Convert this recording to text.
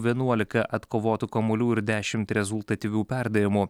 vienuolika atkovotų kamuolių ir dešimt rezultatyvių perdavimų